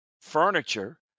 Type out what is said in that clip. furniture